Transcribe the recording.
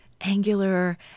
angular